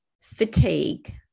fatigue